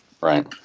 Right